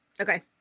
Okay